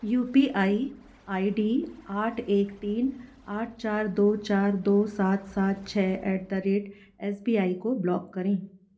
you P I I D आठ एक तीन आठ चार दो चार दो सात सात छः at the rate S B I को ब्लॉक करें